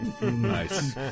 Nice